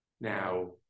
Now